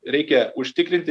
reikia užtikrinti